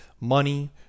money